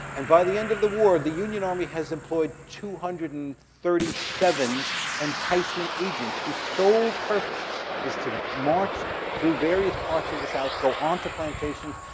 and by the end of the war, the union army has employed two hundred and thirty seven enticement agents whose sole purpose is to march through various parts of the south, go onto plantations,